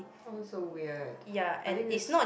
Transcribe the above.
why am I so weird I think this